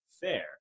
fair